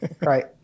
right